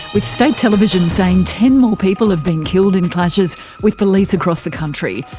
with state television saying ten more people have been killed in clashes with police across the country.